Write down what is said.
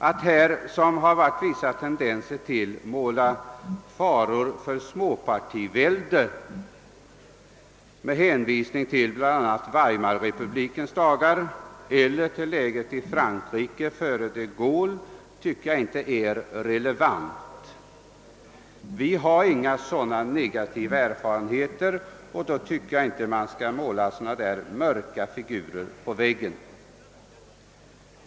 Att — som det har funnits vissa tendenser till — måla ut faror för småpartivälde med hänvisning till bl.a. Weimarrepublikens dagar och läget i Frankrike före de Gaulle förefaller mig inte relevant. Vi har inga sådana negativa erfarenheter, och därför bör man inte måla sådana mörka figurer på väggen.